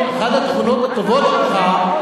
אחת התכונות הטובות שלך,